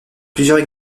plusieurs